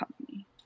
company